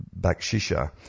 Bakshisha